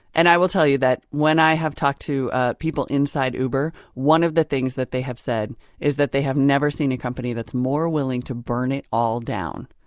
and i will tell you that when i have talked to people inside uber, one of the things that they have said is that they have never seen a company that's more willing to burn it all down.